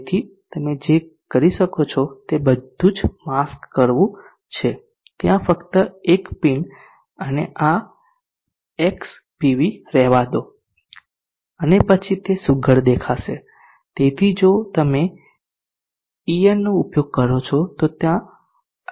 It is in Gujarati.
તેથી તમે જે કરી શકો તે બધું જ માસ્ક કરવું છે ત્યાં ફક્ત એક પિન અને આ XPV રહેવા દો અને પછી તે સુઘડ દેખાશે તેથી જો તમે EN નો ઉપયોગ કરો છો તો તે ત્યાં અદૃશ્ય થઈ જાય છે